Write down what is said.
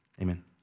Amen